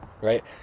right